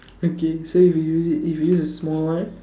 okay so if you use it if you use a small one